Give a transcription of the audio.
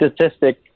statistic